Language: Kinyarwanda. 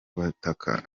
ubutaka